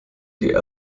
die